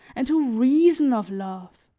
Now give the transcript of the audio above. and who reason of love!